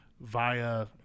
via